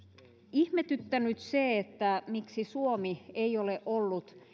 ihmetyttänyt se miksi suomi ei ole ollut